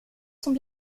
sont